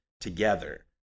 together